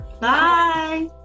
Bye